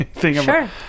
Sure